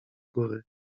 góry